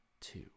two